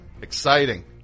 Exciting